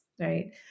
right